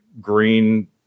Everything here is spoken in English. green